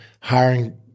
hiring